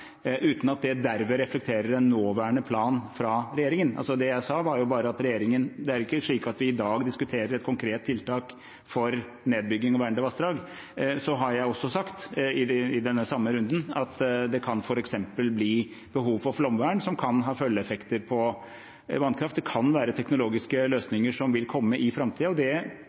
uten at det derved reflekterer en nåværende plan fra regjeringen. Det er ikke slik at vi i dag diskuterer et konkret tiltak for nedbygging av vernede vassdrag. Så har jeg også sagt i denne samme runden at det kan f.eks. bli behov for flomvern, som kan ha følgeeffekter på vannkraft. Det kan være teknologiske løsninger som vil komme i framtiden, og det